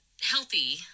healthy